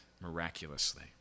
miraculously